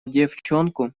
девчонку